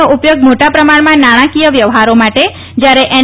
નો ઉપયોગ મોટા પ્રમાણમાં નાણાંકીય વ્યવહારો માટે જ્યારે એન